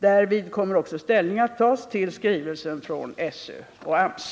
Därvid kommer också ställning att tas till skrivelsen från SÖ och AMS.